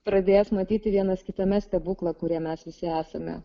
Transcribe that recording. pradės matyti vienas kitame stebuklą kurie mes visi esame